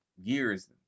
years